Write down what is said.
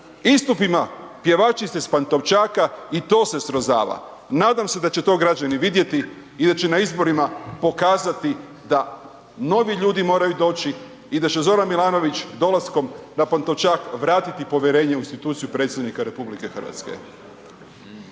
Istupima Pjevačice sa Pantovčaka, i to se srozava. Nadam se da će to građani vidjeti i da će na izborima pokazati da novi ljudi moraju doći i da će Z. Milanović dolaskom na Pantovčak vratiti povjerenje u instituciju Predsjednika RH.